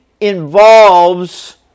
involves